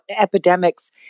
epidemics